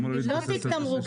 לא תיק תמרוק.